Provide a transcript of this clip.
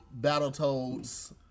Battletoads